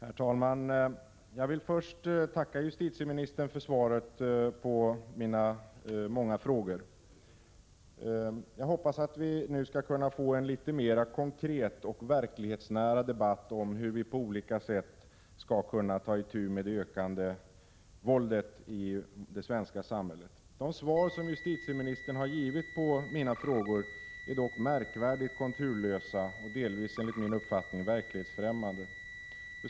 Herr talman! Jag vill först tacka justitieministern för svaret på mina många frågor. Jag hoppas att vi nu får en litet mera konkret och verklighetsnära debatt om hur vi på olika sätt skall kunna ta itu med det ökande våldet i det svenska samhället. De svar som justitieministern givit på mina frågor är dock märkligt konturlösa och enligt min uppfattning delvis verklighetsfrämmande.